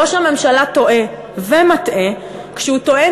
ראש הממשלה טועה ומטעה כשהוא טוען